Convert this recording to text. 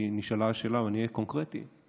כי נשאלה שאלה ואני אהיה קונקרטי,